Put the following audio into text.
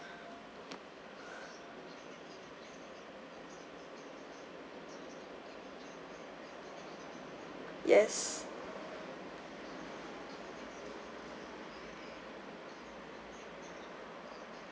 yes